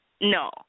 No